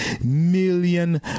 million